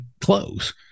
close